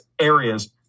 areas